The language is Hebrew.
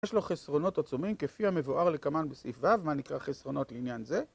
יש לו חסרונות עצומים כפי המבואר לקמאן בסעיף ו', מה נקרא חסרונות לעניין זה?